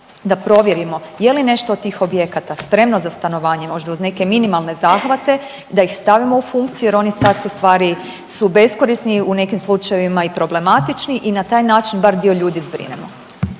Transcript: da provjerimo je li nešto od tih objekata spremno za stanovanje, možda uz neke minimalne zahvate da ih stavimo u funkciju jer oni sad ustvari su beskorisni, u nekim slučajevima i problematični i na taj dio bar dio ljudi zbrinemo.